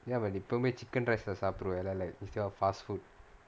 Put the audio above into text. ya but எப்பவுமே:eppavumae chicken rice சாப்புடுவேல:saapduvela instead of fast food